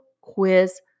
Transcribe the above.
quiz